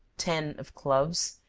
ten of cloves,